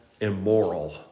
immoral